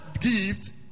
gift